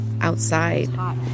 outside